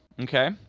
okay